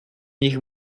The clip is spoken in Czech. nich